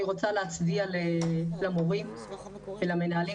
אני רוצה להצדיע למורים ולמנהלים,